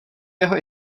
jeho